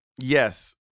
Yes